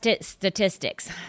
statistics